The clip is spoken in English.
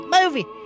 movie